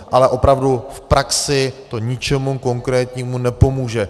Ale opravdu, v praxi to ničemu konkrétnímu nepomůže.